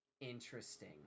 interesting